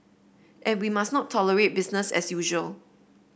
and we must not tolerate business as usual